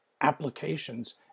applications